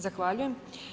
Zahvaljujem.